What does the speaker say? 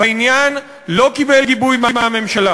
סוגיה שהמשמעות הכלכלית שלה היא עצומה.